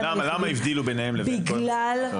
למה הבדילו ביניהם לבין האחרים?